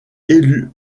élue